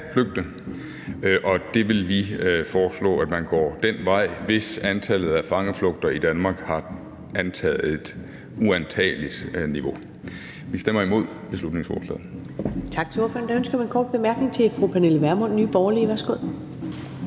flygte. Og vi vil foreslå, at man går den vej, hvis antallet af fangeflugter i Danmark har antaget et uantageligt niveau. Vi stemmer imod beslutningsforslaget.